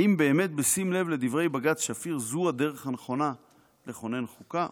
האם באמת בשים לב לדברי בג"ץ שפיר זו הדרך הנכונה לכונן חוקה?"